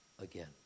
Again